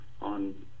on